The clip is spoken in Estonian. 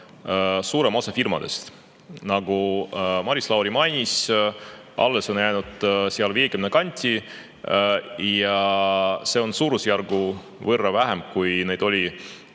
suurem osa firmadest. Nagu Maris Lauri mainis, alles on jäänud umbes 50, ja see on suurusjärgu võrra vähem, kui neid oli